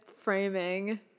framing